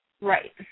Right